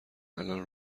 الان